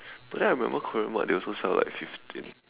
but then I remember Korean what they also sell like fifteen